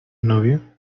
novio